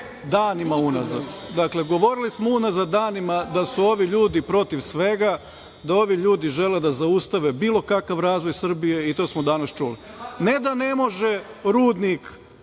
danima unazad. Dakle, govorili smo danima unazad da su ovi ljudi protiv svega, da ovi ljudi žele da zaustave bilo kakav razvoj Srbije i to smo danas čuli. Ne, da ne može rudnik